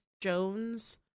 Jones